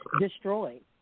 destroyed